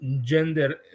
gender